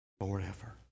forever